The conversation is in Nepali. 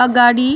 अगाडि